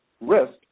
risk